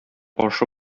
ашы